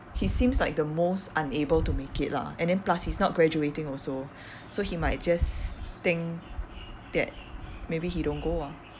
he seems like the most unable to make it lah and then plus he's not graduating also so he might just think that maybe he don't go ah